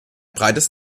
breites